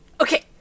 Okay